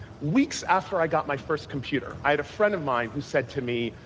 weeks after i got my first computer, i had a friend of mine who said to me,